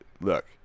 Look